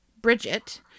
Bridget